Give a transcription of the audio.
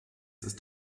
ist